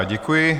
Děkuji.